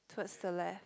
towards the left